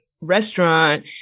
restaurant